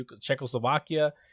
Czechoslovakia